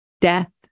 death